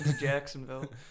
Jacksonville